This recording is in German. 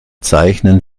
zeichnen